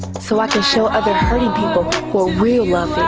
so i can show other hurting people what real love